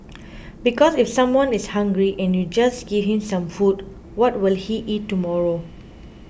because if someone is hungry and you just give him some food what will he eat tomorrow